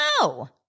No